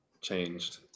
changed